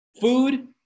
food